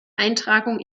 eintragung